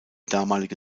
damalige